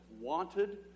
wanted